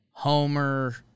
Homer